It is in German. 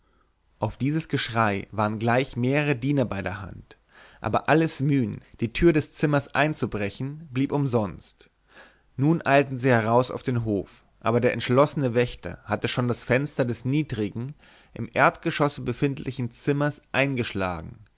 auf dies geschrei waren gleich mehrere diener bei der hand aber alles mühen die tür des zimmers einzubrechen blieb umsonst nun eilten sie heraus auf den hof aber der entschlossene wächter hatte schon das fenster des niedrigen im erdgeschosse befindlichen zimmers eingeschlagen